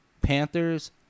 Panthers